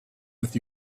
with